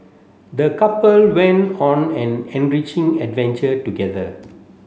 the couple went on an enriching adventure together